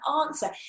answer